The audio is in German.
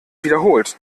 wiederholt